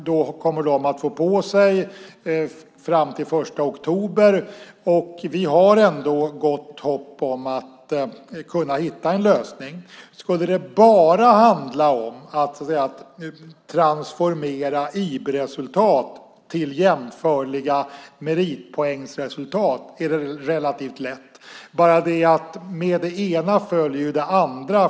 Då kommer de att få tid på sig fram till den 1 oktober, och vi har ändå gott hopp om att kunna hitta en lösning. Skulle det bara handla om att transformera IB-resultat till jämförliga meritpoängsresultat är det relativt lätt. Det är bara det att med det ena följer det andra.